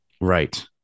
Right